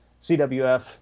CWF